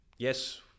Yes